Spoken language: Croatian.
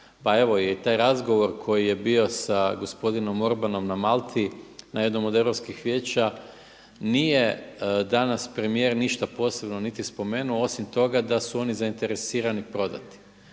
evo i taj razgovor koji je bio sa gospodinom Orbanom na Malti na jednom od europskih vijeća nije danas premijer ništa posebno niti spomenuo osim toga da su oni zainteresirani prodati.